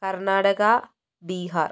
Karnataka Bihar